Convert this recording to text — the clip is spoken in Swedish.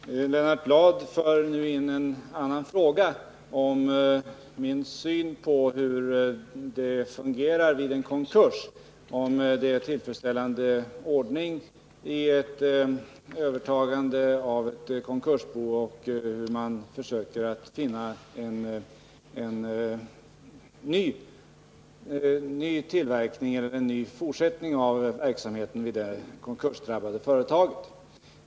Herr talman! Lennart Bladh för nu in en annan fråga som gäller min syn på hur det fungerar vid en konkurs, om det är en tillfredsställande ordning vid övertagande av ett konkursbo och hur man försöker finna en fortsättning av verksamheten vid konkursdrabbade företag.